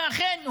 ואכן,